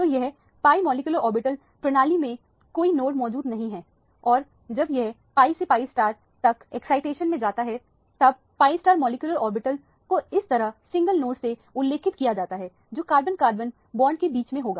तो यह pi molecular orbital प्रणाली में कोई नोड मौजूद नहीं है और जब यह pi से pi तक एक्साइटेशन में जाता है तब pi मॉलिक्यूलर ऑर्बिटल को इस तरह सिंगल नोड से उल्लेखित किया जाता है जो कार्बन कार्बन बॉन्ड की बीच में होगा